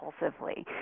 compulsively